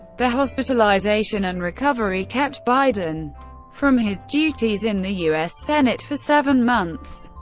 the hospitalization and recovery kept biden from his duties in the u s. senate for seven months.